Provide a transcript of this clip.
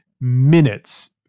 minutes